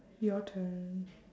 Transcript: your turn